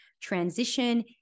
transition